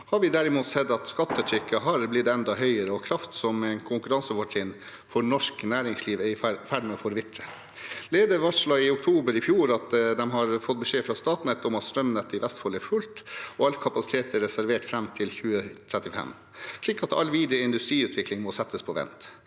vi derimot sett at skattetrykket har blitt enda høyere, og kraft som et konkurransefortrinn for norsk næringsliv er i ferd med å forvitre. Lede varslet i oktober i fjor at de har fått beskjed fra Statnett om at strømnettet i Vestfold er fullt, og at all kapasitet er reservert fram til 2035, slik at all videre industriutvikling må settes på vent.